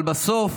אבל בסוף